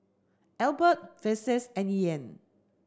Elbert Vassie and Ian